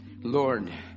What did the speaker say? Lord